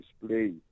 display